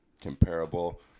comparable